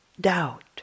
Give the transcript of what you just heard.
doubt